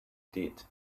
did